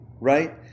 right